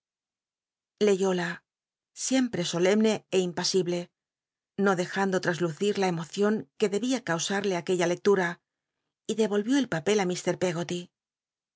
leyóla siempre solemne é impasible no dejando traslucir la cmocion que debia causarle a aquella lectura y devolvió el papel á mr pcggoty